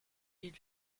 ils